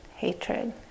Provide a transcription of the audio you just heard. Hatred